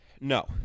No